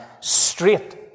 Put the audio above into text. straight